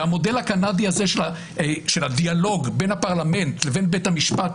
המודל הקנדי של הדיאלוג בין הפרלמנט לבין בית המשפט,